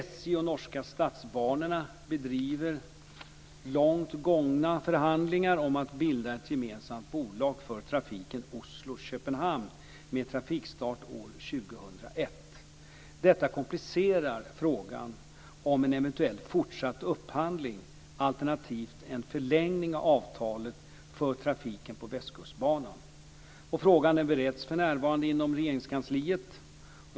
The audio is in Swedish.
SJ och Norska Statsbanorna bedriver långt gångna förhandlingar om att bilda ett gemensamt bolag för trafiken Oslo-Köpenhamn med trafikstart år 2001. Detta komplicerar frågan om en eventuell fortsatt upphandling alternativt en förlängning av avtalet för trafiken på Västkustbanan. Frågan bereds för närvarande inom Regeringskansliet.